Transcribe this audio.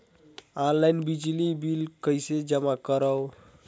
Online बिजली bill कइसे जमा करव?